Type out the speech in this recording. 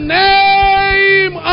name